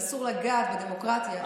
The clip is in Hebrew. ואסור לגעת בדמוקרטיה,